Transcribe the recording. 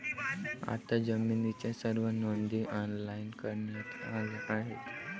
आता जमिनीच्या सर्व नोंदी ऑनलाइन करण्यात आल्या आहेत